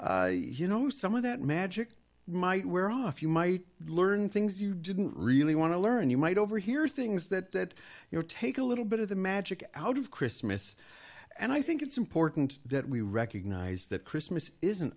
old you know some of that magic might wear off you might learn things you didn't really want to learn you might overhear things that you know take a little bit of the magic out of christmas and i think it's important that we recognize that christmas isn't